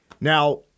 Now